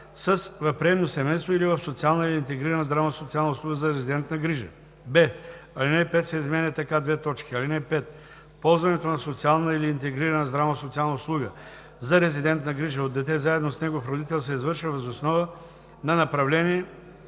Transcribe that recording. с „в приемно семейство или в социална или интегрирана здравно-социална услуга за резидентна грижа“; б) алинея 5 се изменя така: „(5) Ползването на социална или интегрирана здравно-социална услуга за резидентна грижа от дете заедно е негов родител се извършва въз основа на направление